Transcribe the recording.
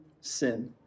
sin